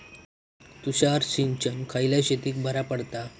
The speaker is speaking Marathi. तुषार सिंचन खयल्या शेतीक बरा पडता?